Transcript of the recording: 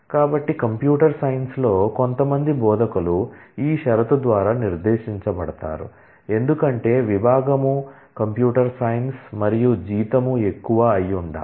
కాబట్టి కంప్యూటర్ సైన్స్లో కొంతమంది బోధకులు ఈ షరతు ద్వారా నిర్దేశించబడతారు ఎందుకంటే విభాగం కంప్యూటర్ సైన్స్ మరియు జీతం ఎక్కువ అయి ఉండాలి